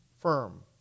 firm